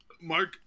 Mark